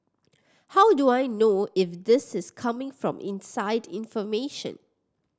how do I know if this is coming from inside information